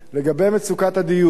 לגבי מצוקת הדיור,